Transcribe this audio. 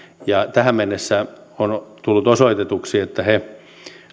tähän mennessä on tullut osoitetuksi että he